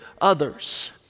others